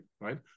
right